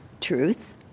truth